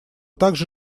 также